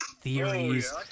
theories